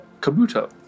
Kabuto